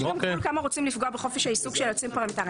יש גם גבול עד כמה רוצים לפגוע בחופש העיסוק של היועצים הפרלמנטריים.